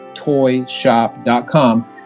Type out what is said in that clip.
toyshop.com